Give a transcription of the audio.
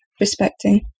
respecting